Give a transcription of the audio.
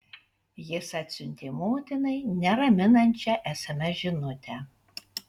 jis atsiuntė motinai neraminančią sms žinutę